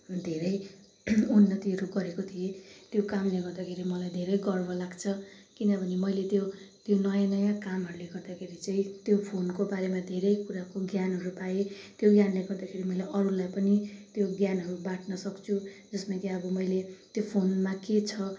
धेरै उन्नतिहरू गरेको थिएँ त्यो कामले गर्दाखेरि मलाई धेरै गर्व लाग्छ किनभने मैले त्यो त्यो नयाँ नयाँ कामहरूले गर्दाखेरि चाहिँ त्यो फोनको बारेमा धेरै कुराको ज्ञानहरू पाएँ त्यो ज्ञानले गर्दाखेरि मैले अरूलाई पनि त्यो ज्ञानहरू बाँड्नसक्छु जसमा कि अब मैले त्यो फोनमा के छ